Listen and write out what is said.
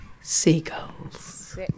Seagulls